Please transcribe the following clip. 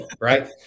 Right